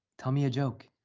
tell me a joke.